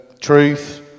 Truth